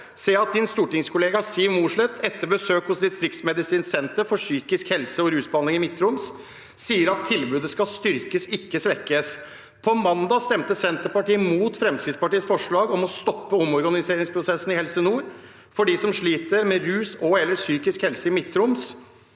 stortingskollega Siv Mossleth etter besøk hos Distriktsmedisinsk senter og Senter for psykisk helse og rusbehandling i Midt-Troms, sier at tilbudet skal styrkes, ikke svekkes. På mandag stemte Senterpartiet mot Fremskrittspartiets forslag om å stoppe omorganiseringsprosessen i Helse nord. For dem som sliter med rus og/eller psykisk helse i Midt-Troms,